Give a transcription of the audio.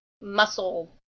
muscle